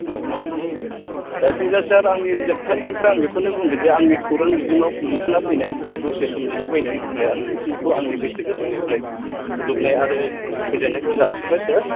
औ औ जायखुनुजाया सार आंनि जोबथानायनिफ्राय आं बेखौनो बुङो जे आंनि खौरां बिजोंआव नोंथांआ फैनायनि थाखाय दसे सम नुजाफैनायनि थाखाय आं नोंथांखौ आंनि गोसो गोरबोनिफ्राय खुलुमनाय आरो गोजोननायखौ जासिबाय सार